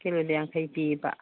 ꯀꯤꯂꯣꯗ ꯌꯥꯡꯈꯩ ꯄꯤꯌꯦꯕ